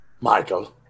Michael